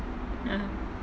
(uh huh)